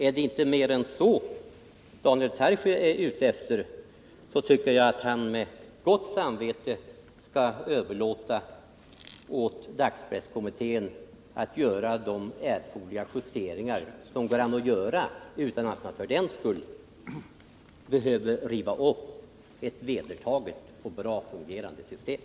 Är det inte mer än så Daniel Tarschys är ute efter tycker jag att han med gott samvete skall överlåta åt dagspresskommittén att göra de erforderliga justeringar som går att göra utan att man för den skull behöver riva upp ett vedertaget och bra fungerande system.